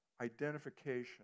identification